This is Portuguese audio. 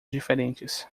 diferentes